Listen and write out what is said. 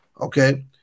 okay